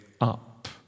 up